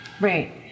Right